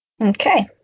Okay